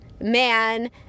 man